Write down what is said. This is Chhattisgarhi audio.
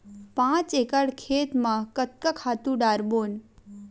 पांच एकड़ खेत म कतका खातु डारबोन?